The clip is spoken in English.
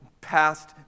past